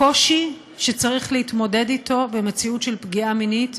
הקושי שצריך להתמודד אתו במציאות של פגיעה מינית,